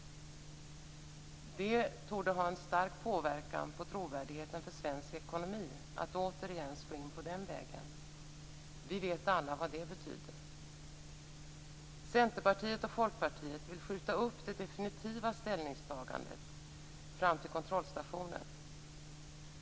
Det torde ha en stark påverkan på trovärdigheten för svensk ekonomi att återigen slå in på den vägen. Vi vet alla vad det betyder. Centerpartiet och Folkpartiet vill skjuta upp det definitiva ställningstagandet fram till kontrollstationen.